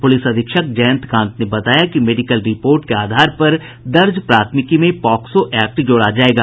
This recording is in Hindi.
पुलिस अधीक्षक जयतकांत ने बताया कि मेडिकल रिपोर्ट के आधार पर दर्ज प्राथमिकी में पॉक्सो एक्ट जोड़ा जायेगा